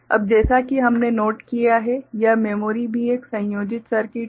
अब जैसा कि हमने नोट किया है यह मेमोरी भी एक संयोजित सर्किट है